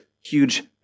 huge